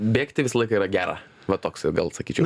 bėgti visą laiką yra gera va toks gal sakyčiau